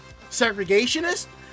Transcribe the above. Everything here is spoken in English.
segregationist